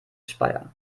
speyer